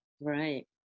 Right